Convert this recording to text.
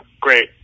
Great